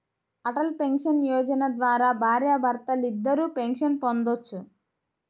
Atal pension Yojana ద్వారా భార్యాభర్తలిద్దరూ pension పొందొచ్చు